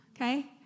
Okay